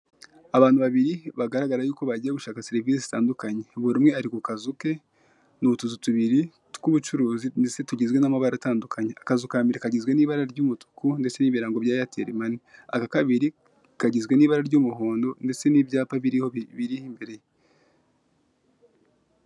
Abantu babairi bagaragara tuko bagiye gushaka serivise zitandukanye buri umwe ari ku kazu ke ni utuzu tubiri tw'ubucuruzi ndetse tugizwe n'amabara atandukanye akazu ka mbere kagizwe n'ibara ry'umutuku n'ibirango bya eyeteli mani aka kabiri kagizwa n'ibara ry'umuhondo ndetse n'ibyapa biriho biri imbere.